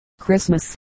Christmas